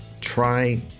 Try